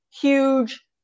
huge